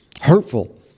hurtful